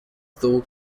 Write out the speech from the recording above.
thule